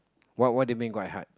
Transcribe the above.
what what do you mean quite hard